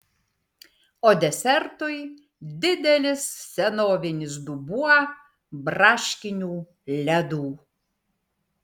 o desertui didelis senovinis dubuo braškinių ledų